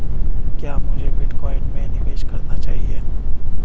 क्या मुझे बिटकॉइन में निवेश करना चाहिए?